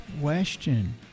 question